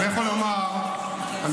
אני יכול לומר לכם,